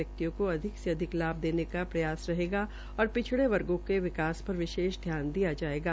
व्यक्तियों को अधिक से अधिक लाभ देने का प्रयास होगा और पिछड़े वर्गो के विकास पर विशेष ध्यान दिया जायेगा